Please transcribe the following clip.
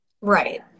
Right